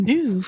New